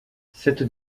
cette